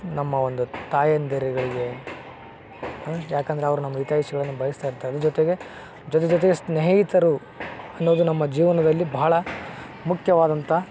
ನಮ್ಮ ಒಂದು ತಾಯಂದಿರುಗಳಿಗೆ ಆಂ ಯಾಕಂದ್ರೆ ಅವ್ರು ನಮ್ಮ ಹಿತೈಷಿಗಳನ್ನು ಬಯಸ್ತಾ ಇರ್ತಾರೆ ಅದ್ರ ಜೊತೆಗೆ ಜೊತೆ ಜೊತೆಗೆ ಸ್ನೇಹಿತರು ಅನ್ನೋದು ನಮ್ಮ ಜೀವನದಲ್ಲಿ ಬಹಳ ಮುಖ್ಯವಾದಂಥ